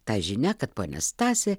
ta žinia kad ponia stasė